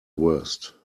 worst